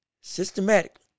systematically